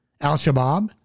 Al-Shabaab